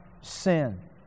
sin